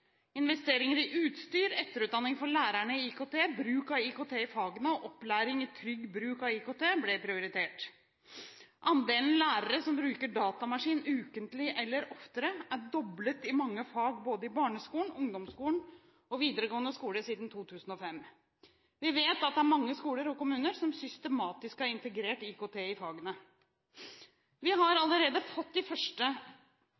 Investeringer i utstyr, etterutdanning for lærere i IKT, bruk av IKT i fagene og opplæring i trygg bruk av IKT ble prioritert. Andelen lærere som bruker datamaskin ukentlig eller oftere, er doblet i mange fag både i barneskolen, ungdomsskolen og videregående skole siden 2005. Vi vet at det er mange skoler og kommuner som systematisk har integrert IKT i fagene. Vi har